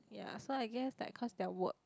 ya so I guess that because their work